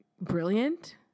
Brilliant